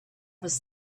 was